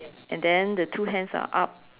and then the two hands are up